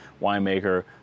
winemaker